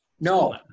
No